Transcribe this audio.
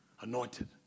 Anointed